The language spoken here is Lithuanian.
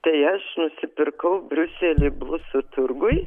tai aš nusipirkau briuselyje blusų turguj